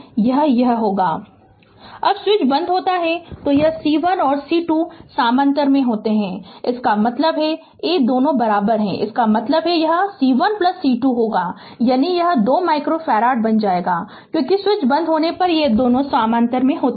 Refer slide time 2557 जब switch बंद होता है तो यह C1 और C2 समानांतर में होते हैं इसका मतलब है a दोनों बराबर हैं इसका मतलब है यह C1C2 होगा यानी यह 2 माइक्रोफ़ारड बन जाएगा क्योंकि स्विच बंद होने पर दोनों समानांतर में होते हैं